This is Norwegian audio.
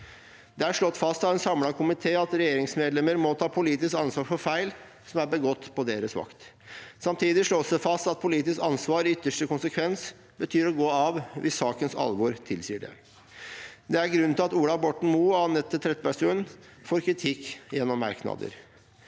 håndtering av habilitetsregelverk mv. 2024 isk ansvar for feil som er begått på deres vakt. Samtidig slås det fast at politisk ansvar i ytterste konsekvens betyr å gå av hvis sakens alvor tilsier det. Det er grunnen til at Ola Borten Moe og Anette Trettebergstuen får kritikk gjennom merknader.